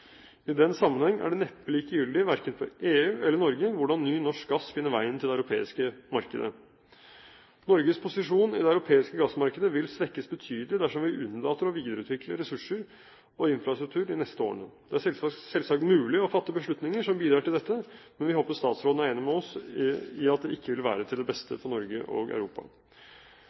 I den sammenheng er det neppe likegyldig verken for EU eller Norge hvordan ny norsk gass finner veien til det europeiske markedet. Norges posisjon i det europeiske gassmarkedet vil svekkes betydelig dersom vi unnlater å videreutvikle ressurser og infrastruktur de neste årene. Det er selvsagt mulig å fatte beslutninger som bidrar til dette, men vi håper statsråden er enig med oss i at det ikke ville være til det beste for Norge og Europa.